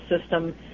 system